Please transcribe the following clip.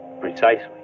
Precisely